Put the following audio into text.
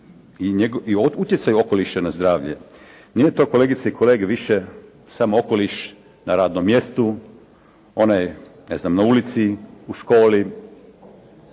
i utjecaj okoliša na zdravlje. Nije to kolegice i kolege više samo okoliš na radnom mjestu, onaj na ulici, u školi.